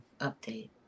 update